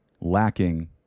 lacking